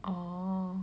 oh